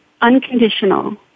unconditional